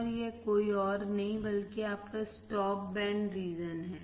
और यह कोई और नहीं बल्कि आपका स्टॉप बैंड रीजन है